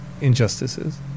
injustices